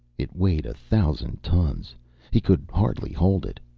it weighed a thousand tons he could hardly hold it.